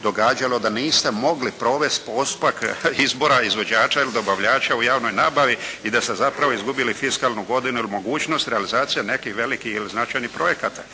događalo da niste mogli provesti postupak izbora izvođača ili dobavljača u javnoj nabavi i da ste zapravo izgubili fiskalnu godinu. Jer mogućnost realizacije nekih velikih ili značajnijih projekata